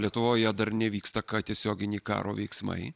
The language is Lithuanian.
lietuvoje dar nevyksta ką tiesioginį karo veiksmai